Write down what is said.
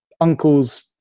uncle's